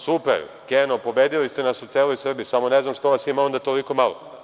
Super, Keno pobedili ste nas u celo Srbiji, samo ne znam zašto vas je onda toliko malo.